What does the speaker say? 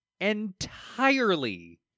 entirely